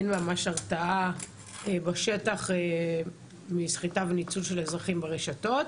אין ממש הרתעה בשטח מסחיטה וניצול של אזרחים ברשתות.